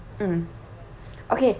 mm okay